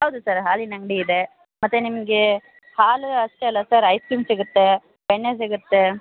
ಹೌದು ಸರ್ ಹಾಲಿನ ಅಗಂಡಿ ಇದೆ ಮತ್ತು ನಿಮಗೆ ಹಾಲು ಅಷ್ಟೇ ಅಲ್ಲ ಸರ್ ಐಸ್ ಕ್ರೀಮ್ ಸಿಗುತ್ತೆ ಬೆಣ್ಣೆ ಸಿಗುತ್ತೆ